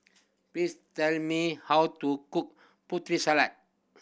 please tell me how to cook salad